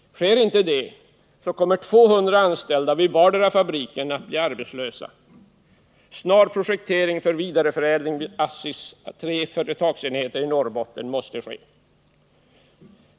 Sker inte detta, kommer 200 anställda vid vardera fabrikerna att bli arbetslösa. Snar projektering för vidareförädling vid ASSI:s tre företagsenheter i Norrbotten måste ske.